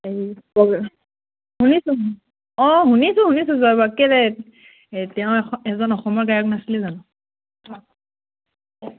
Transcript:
হেৰি প্ৰগ্ৰেম শুনিছোঁ অঁ শুনিছোঁ শুনিছোঁ জয় বৰুৱাক কেলেই হেৰি তেওঁ এখন এজন অসমৰ গায়ক নাছিলে জানো